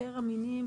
יותר אמינים,